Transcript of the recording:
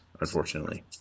unfortunately